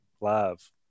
live